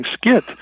skit